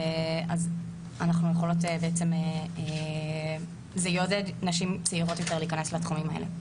אז זה יעודד נשים צעירות יותר להיכנס לתחומים האלה.